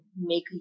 make